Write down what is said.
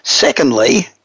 Secondly